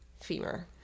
femur